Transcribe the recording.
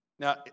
Now